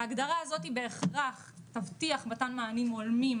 ההגדרה הזאת בהכרח תבטיח מתן מענים הולמים